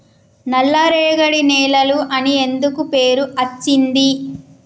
నల్లరేగడి నేలలు అని ఎందుకు పేరు అచ్చింది?